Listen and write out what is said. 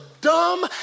dumb